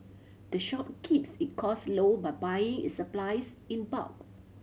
the shop keeps it cost low by buying its supplies in bulk